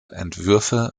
entwürfe